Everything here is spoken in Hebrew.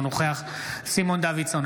אינו נוכח סימון דוידסון,